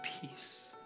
peace